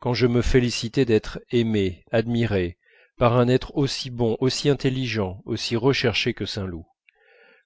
quand je me félicitais d'être aimé admiré par un être aussi bon aussi intelligent aussi recherché que saint loup